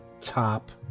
top